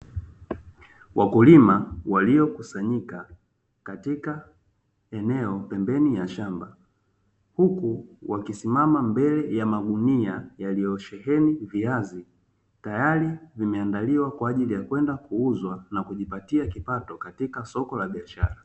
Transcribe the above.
Wakulima walio kusanyika katika eneo pembeni ya shamba, huku wakisimama mbele ya magunia yaliyo sheheni viazi, tayari vimeandaliwa kwa ajili ya kwenda kuuzwa na kujipatia kipato katika soko la biashara.